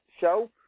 Show